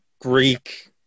Greek